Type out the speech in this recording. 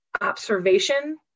observation